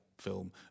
Film